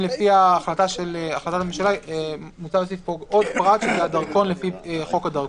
לפי החלטת הממשלה מותר להוסיף פה עוד פרט שזה הדרכון לפי חוק הדרכונים.